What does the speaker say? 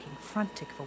frantic